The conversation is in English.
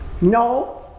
No